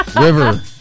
River